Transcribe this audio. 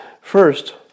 First